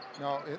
No